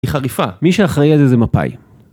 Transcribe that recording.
היא חריפה מי שאחראי על זה מפאי